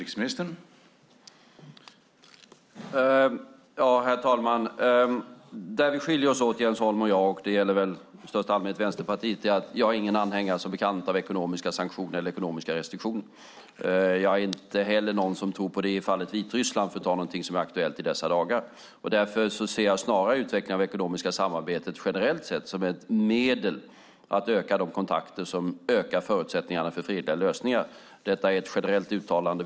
Herr talman! Där vi skiljer oss åt Jens Holm och jag, och det gäller väl i största allmänhet Vänsterpartiet, är att jag som bekant inte är någon anhängare av ekonomiska sanktioner eller ekonomiska restriktioner. Jag är inte heller någon som tror på det i fallet Vitryssland, för att ta någonting som är aktuellt i dessa dagar. Jag ser snarare utveckling av det ekonomiska samarbetet generellt sett som ett medel att öka de kontakter som ökar förutsättningarna för fredliga lösningar. Detta är ett generellt uttalande.